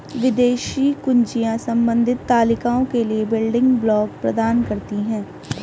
विदेशी कुंजियाँ संबंधित तालिकाओं के लिए बिल्डिंग ब्लॉक प्रदान करती हैं